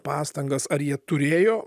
pastangas ar jie turėjo